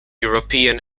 european